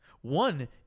One